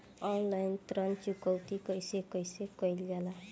Online ऋण चुकौती कइसे कइसे कइल जाला?